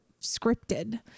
scripted